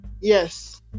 Yes